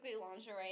lingerie